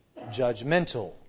judgmental